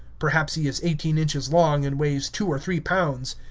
perhaps he is eighteen inches long, and weighs two or three pounds.